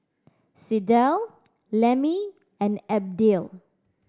Sydell Lemmie and Abdiel